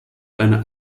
einer